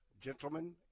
gentlemen